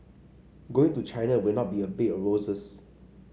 going to China will not be a bed of roses